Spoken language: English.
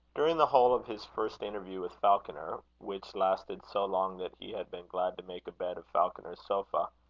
during the whole of his first interview with falconer, which lasted so long that he had been glad to make a bed of falconer's sofa,